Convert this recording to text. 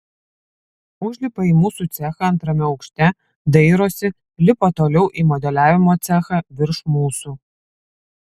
užlipa į mūsų cechą antrame aukšte dairosi lipa toliau į modeliavimo cechą virš mūsų